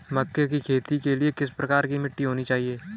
मक्के की खेती के लिए किस प्रकार की मिट्टी होनी चाहिए?